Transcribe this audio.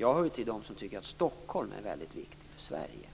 Jag hör till dem som tycker att Stockholm är mycket viktig för Sverige. Det är viktigt